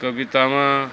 ਕਵਿਤਾਵਾਂ